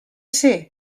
ser